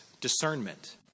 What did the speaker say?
discernment